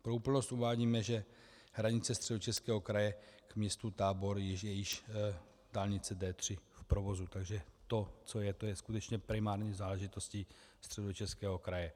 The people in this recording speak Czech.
Pro úplnost uvádíme, že z hranice Středočeského kraje k městu Tábor je již dálnice D3 v provozu, takže to, co je, to je skutečně primární záležitostí Středočeského kraje.